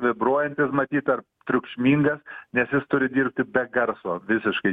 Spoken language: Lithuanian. vibruojantis matyt ar triukšmingas nes jis turi dirbti be garso visiškai